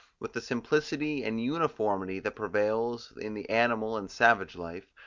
with the simplicity and uniformity that prevails in the animal and savage life,